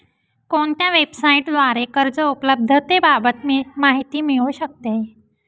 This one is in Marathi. कोणत्या वेबसाईटद्वारे कर्ज उपलब्धतेबाबत माहिती मिळू शकते?